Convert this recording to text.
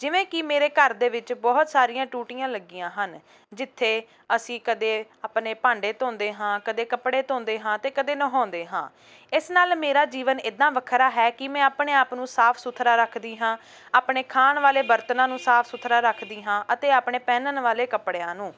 ਜਿਵੇਂ ਕਿ ਮੇਰੇ ਘਰ ਦੇ ਵਿੱਚ ਬਹੁਤ ਸਾਰੀਆਂ ਟੂਟੀਆਂ ਲੱਗੀਆਂ ਹਨ ਜਿੱਥੇ ਅਸੀਂ ਕਦੇ ਆਪਣੇ ਭਾਂਡੇ ਧੋਂਦੇ ਹਾਂ ਕਦੇ ਕੱਪੜੇ ਧੋਂਦੇ ਹਾਂ ਅਤੇ ਕਦੇ ਨਹਾਉਂਦੇ ਹਾਂ ਇਸ ਨਾਲ ਮੇਰਾ ਜੀਵਨ ਇੱਦਾਂ ਵੱਖਰਾ ਹੈ ਕਿ ਮੈਂ ਆਪਣੇ ਆਪ ਨੂੰ ਸਾਫ ਸੁਥਰਾ ਰੱਖਦੀ ਹਾਂ ਆਪਣੇ ਖਾਣ ਵਾਲੇ ਬਰਤਨਾਂ ਨੂੰ ਸਾਫ ਸੁਥਰਾ ਰੱਖਦੀ ਹਾਂ ਅਤੇ ਆਪਣੇ ਪਹਿਨਣ ਵਾਲੇ ਕੱਪੜਿਆਂ ਨੂੰ